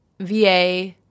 VA